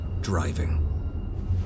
driving